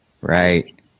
Right